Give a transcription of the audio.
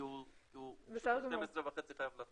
כי הוא חייב לצאת ב-12:30.